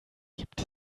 gibt